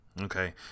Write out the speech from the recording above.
okay